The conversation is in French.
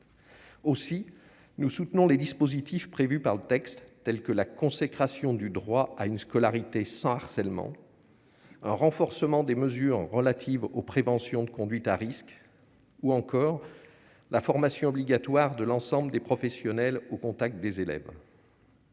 Aussi, nous soutenons les dispositifs prévus par le texte, telle que la consécration du droit à une scolarité sans harcèlement un renforcement des mesures relatives aux préventions de conduites à risques ou encore la formation obligatoire de l'ensemble des professionnels au contact des élèves.